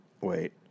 Wait